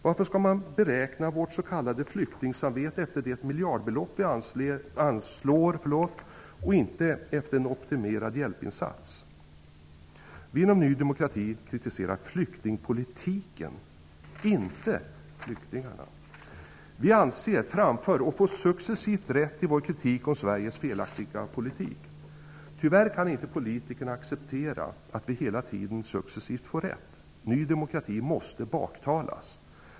Varför skall man beräkna vårt s.k. flyktingsamvete efter det miljardbelopp vi anslår och inte efter en optimerad hjälpinsats? Vi inom Ny demokrati kritiserar flyktingpolitiken -- inte flyktingarna. Vi anser, framför och får successivt rätt i vår kritik av Sveriges felaktiga politik. Tyvärr kan inte politikerna acceptera att vi hela tiden får rätt. Ny demokrati måste baktalas.